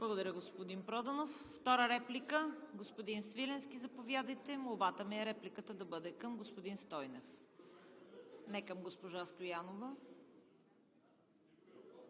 Благодаря, господин Проданов. Втора реплика – господин Свиленски, заповядайте. Молбата ми е репликата да бъде към господин Стойнев. Не към госпожа Стоянова.